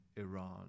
Iran